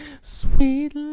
Sweet